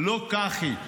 לא ככה היא.